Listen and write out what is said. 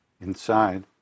Inside